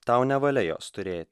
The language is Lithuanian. tau nevalia jos turėt